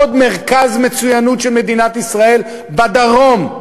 עוד מרכז מצוינות של מדינת ישראל בדרום,